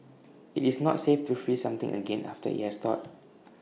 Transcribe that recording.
IT is not safe to freeze something again after IT has thawed